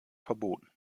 verboten